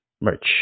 merch